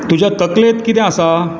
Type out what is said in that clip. तुज्या तकलेंत कितें आसा